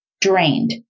drained